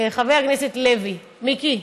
חבר הכנסת לוי, מיקי,